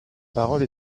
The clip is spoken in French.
parole